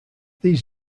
these